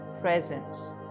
presence